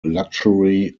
luxury